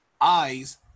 eyes